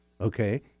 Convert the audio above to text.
okay